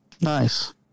Nice